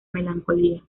melancolía